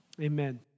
amen